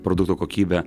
produkto kokybę